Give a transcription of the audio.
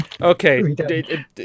Okay